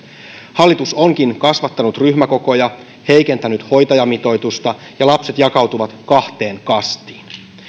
hallitus onkin kasvattanut ryhmäkokoja heikentänyt hoitajamitoitusta ja lapset jakautuvat kahteen kastiin